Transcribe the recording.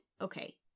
okay